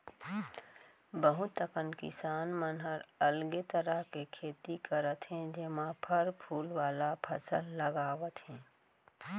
बहुत अकन किसान मन ह अलगे तरह के खेती करत हे जेमा फर फूल वाला फसल लगावत हे